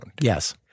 Yes